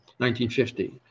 1950